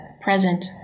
present